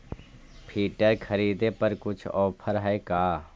Filter खरिदे पर कुछ औफर है का?